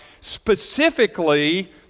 specifically